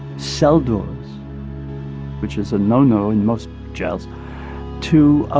cell doors which is a no-no in most jails to ah